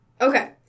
Okay